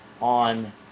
on